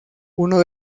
uno